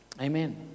Amen